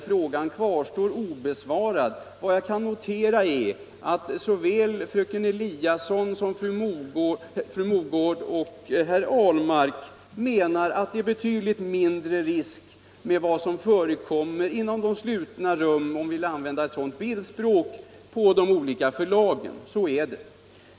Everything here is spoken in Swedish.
Frågan kvarstår obesvarad. Vad jag kan notera är att såväl fröken Eliasson och fru Mogård som herr Ahlmark menar att det är betydligt mindre risk med vad som förekommer inom de slutna rummen —- om man får använda ett sådant bildspråk — på de olika förlagen.